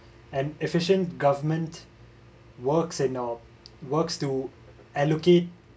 an efficient government works in a works to allocate